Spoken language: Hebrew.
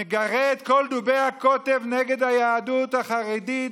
מגרה את כל דובי הקוטב נגד היהדות החרדית,